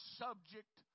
subject